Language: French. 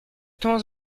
temps